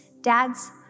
Dads